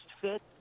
fit